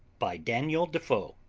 by daniel defoe